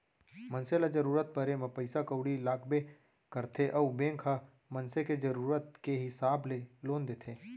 मनसे ल जरूरत परे म पइसा कउड़ी लागबे करथे अउ बेंक ह मनसे के जरूरत के हिसाब ले लोन देथे